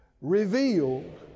Revealed